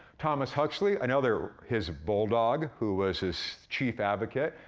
thomas huxley, another his bulldog, who was his chief advocate,